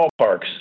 ballparks